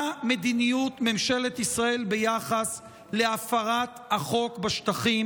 מה מדיניות ממשלת ישראל ביחס להפרת החוק בשטחים